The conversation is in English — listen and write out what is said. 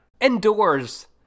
indoors